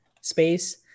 space